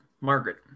Margaret